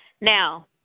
now